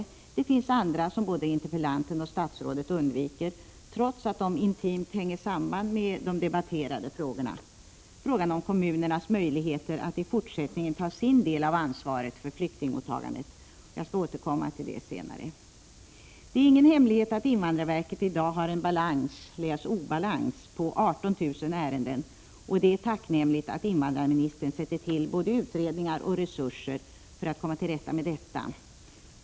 Det finns andra som både interpellanten och statsrådet undviker, trots att de intimt hänger samman med de debatterade frågorna —t.ex. frågan om kommunernas möjligheter att i fortsättningen ta sin del av ansvaret för flyktingmottagandet. Jag skall återkomma till detta. Det är ingen hemlighet att invandrarverket i dag har en balans — läs obalans — på 18 000 ärenden, och det är tacknämligt att invandrarministern sätter till både utredningar och resurser för att komma till rätta med detta.